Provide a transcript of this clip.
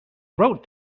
wrote